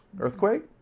Earthquake